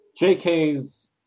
JK's